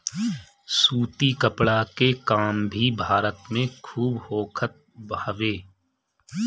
सूती कपड़ा के काम भी भारत में खूब होखत हवे